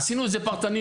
עשינו את זה פרטני.